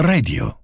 Radio